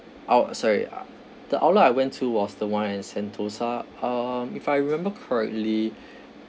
out~ sorry the outlet I went to was the [one] at sentosa um if I remember correctly